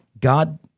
God